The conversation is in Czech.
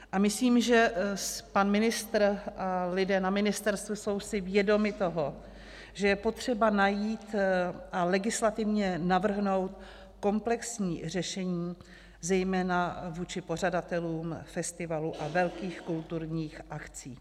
A myslím, že pan ministr a lidé na ministerstvu jsou si vědomi toho, že je potřeba najít a legislativně navrhnout komplexní řešení zejména vůči pořadatelům festivalů a velkých kulturních akcí.